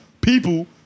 people